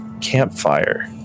campfire